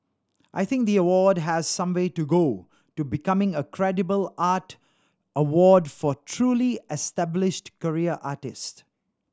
I think the award has some way to go to becoming a credible art award for truly established career artist